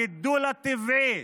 הגידול הטבעי